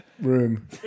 room